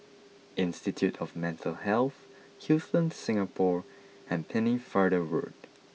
Institute of Mental Health Hilton Singapore and Pennefather Road